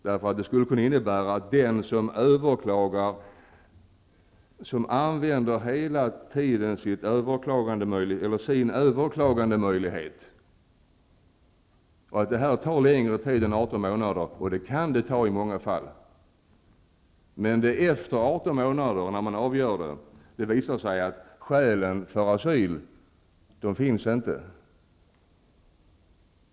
Det skulle nämligen kunna innebära att den får stanna som hela tiden använder sin möjlighet att överklaga -- och det kan i många fall ta längre tid än 18 månader. Det är efter 18 månader, när man avgör ärendet, som det visar sig att skälen för asyl inte finns.